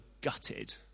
gutted